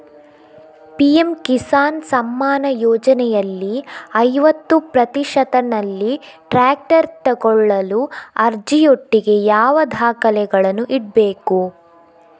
PM Kisan Samman ಯೋಜನೆಯಲ್ಲಿ ಐವತ್ತು ಪ್ರತಿಶತನಲ್ಲಿ ಟ್ರ್ಯಾಕ್ಟರ್ ತೆಕೊಳ್ಳಲು ಅರ್ಜಿಯೊಟ್ಟಿಗೆ ಯಾವ ದಾಖಲೆಗಳನ್ನು ಇಡ್ಬೇಕು?